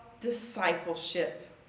discipleship